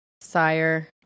sire